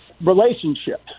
relationship